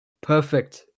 perfect